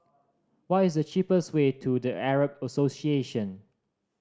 what is the cheapest way to The Arab Association